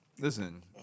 Listen